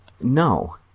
No